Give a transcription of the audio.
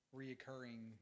reoccurring